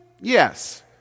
yes